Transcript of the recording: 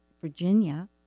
Virginia